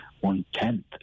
one-tenth